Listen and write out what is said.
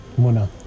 Muna